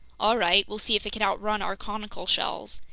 all right, we'll see if it can outrun our conical shells!